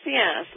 yes